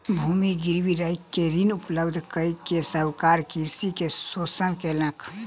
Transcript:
भूमि गिरवी राइख के ऋण उपलब्ध कय के साहूकार कृषक के शोषण केलक